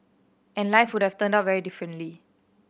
and life would have turned out very differently